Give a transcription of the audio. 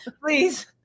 please